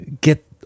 get